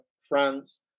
France